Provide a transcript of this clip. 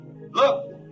Look